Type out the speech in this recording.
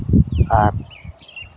ᱟᱨ